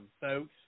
folks